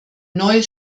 neues